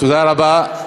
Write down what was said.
תודה רבה.